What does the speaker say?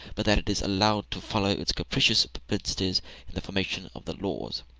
but that it is allowed to follow its capricious propensities in the formation of the laws.